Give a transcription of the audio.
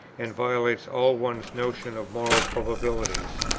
and violates all one's notions of moral probabilities.